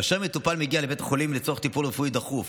כאשר מטופל מגיע לבית חולים לצורך טיפול רפואי דחוף